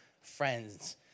friends